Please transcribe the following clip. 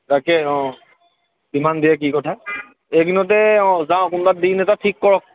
তাকে অঁ কিমান দিয়ে কি কথা এইকেইদিনতে অঁ যাওঁ কোনোবা দিন এটা ঠিক কৰক